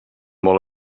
vol